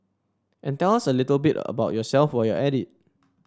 and tell us a little bit about yourself while you're at it